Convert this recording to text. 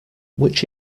which